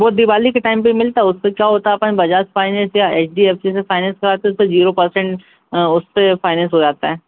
वो दिवाली के टाइम पर मिलता उस पर क्या होता अपन बजाज फायनेस या एच डी एफ़ सी से फायनेंस करवाते तो ज़ीरो परसेंट उस पर फायनेंस हो जाता है